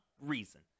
reason